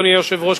אדוני היושב-ראש,